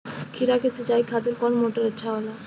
खीरा के सिचाई खातिर कौन मोटर अच्छा होला?